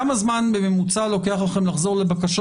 כמה זמן בממוצע לוקח לכם לחזור לבקשות